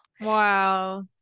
wow